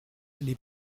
les